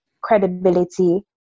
credibility